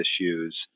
issues